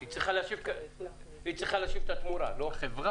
היא צריכה להשיב את התמורה לנוסע.